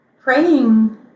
praying